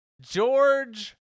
George